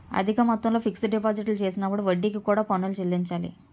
అధిక మొత్తంలో ఫిక్స్ డిపాజిట్లు చేసినప్పుడు వడ్డీకి కూడా పన్నులు చెల్లించాలి